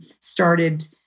started